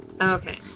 Okay